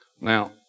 Now